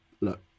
look